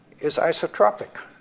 is isotropic,